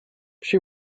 she